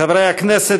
חברי הכנסת,